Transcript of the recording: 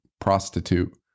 prostitute